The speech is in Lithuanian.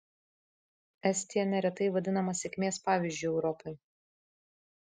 estija neretai vadinama sėkmės pavyzdžiu europai